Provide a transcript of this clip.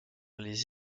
les